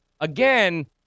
again